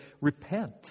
Repent